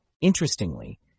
Interestingly